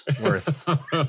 worth